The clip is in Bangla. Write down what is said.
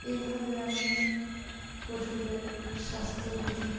এইভাবে আমি পশুদের স্বাস্থ্যবিধি